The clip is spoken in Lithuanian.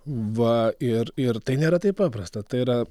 va ir ir tai nėra taip paprasta tai yra